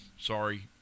sorry